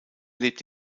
lebt